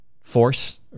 force